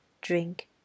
drink